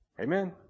Amen